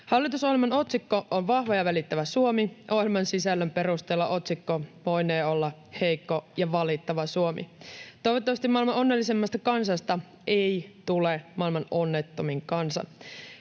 Hallitusohjelman otsikko on Vahva ja välittävä Suomi — ohjelman sisällön perusteella otsikko voinee olla Heikko ja valittava Suomi. Toivottavasti maailman onnellisimmasta kansasta ei tule maailman onnettomin kansa.